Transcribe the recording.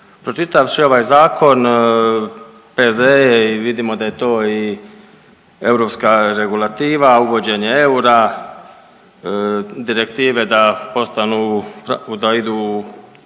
Pročitavši ovaj zakon, P.Z.E. je i vidimo da je to i europska regulativa, uvođenje eura, direktive da postanu, da idu